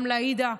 גם לעאידה,